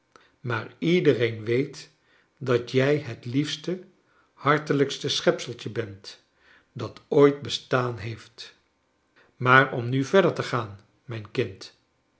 maar iedereen weet dat jij het liefste hartelijkste schepseltje bent dat ooit bestaan heeft maar om nu verder te gaan mijn kind